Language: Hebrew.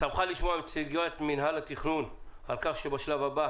שמחה לשמוע מנציגת מינהל התכנון על כך שהשלב הבא